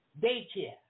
daycare